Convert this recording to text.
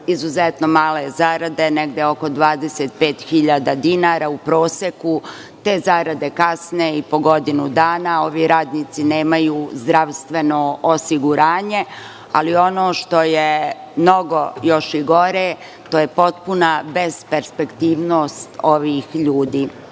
izuzetno male zarade, negde oko 25.000 dinara u proseku, te zarade kasne i po godinu dana, ovi radnici nemaju zdravstveno osiguranje, ali ono što je mnogo još i gore, to je potpuna besperspektivnost ovih